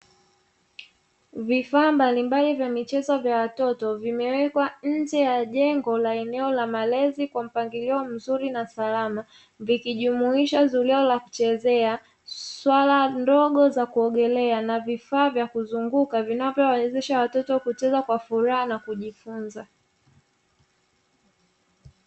Vifaa mbalimbali vya michezo vya watoto, vimewekwa nje ya jengo la eneo la malezi kwa mpangilio mzuri na salama, vikijumuisha zulio la kuchezea, swala ndogo za kuogelea na vifaa vya kuzunguka, vinavyowawezesha watoto kucheza kwa furaha na kujifunza.